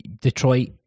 detroit